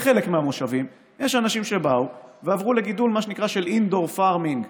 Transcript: בחלק מהמושבים יש אנשים שעברו לגידול של indoor farming,